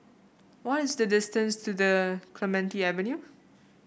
what is the distance to the Clementi Avenue